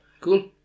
cool